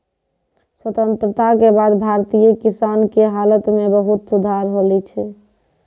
स्वतंत्रता के बाद भारतीय किसान के हालत मॅ बहुत सुधार होलो छै